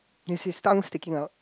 is his tongue sticking out